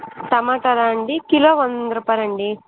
టొమాటోలా అండి కిలో వంద రుపాయలండి